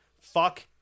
fuck